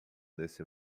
neste